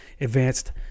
advanced